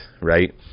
right